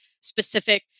specific